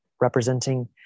representing